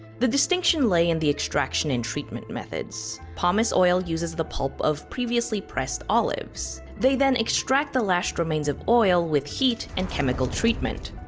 the distinction lay in the extraction and treatment methods. pomace oil uses the pulp of previously pressed olives. they then extract the last remains of oil with heat and chemical treatment.